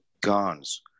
guns